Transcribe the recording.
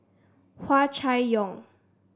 Hua Chai Yong